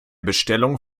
bestellung